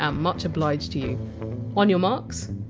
ah much obliged to you on your marks,